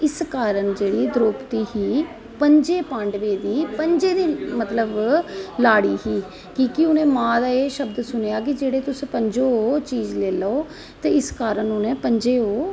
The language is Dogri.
ते इस कारण जेहड़ी द्रोपदी ही पंजें पांडवें दी पंजें दी मतलब लाड़ी ही कि के उनें मां दा एह् शब्द सुनया ही कि जेहडे़ तुस पंजो चीज लेई लो ते इस कारण उनें पंजें ओह्